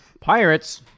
Pirates